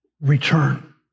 return